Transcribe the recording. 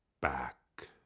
back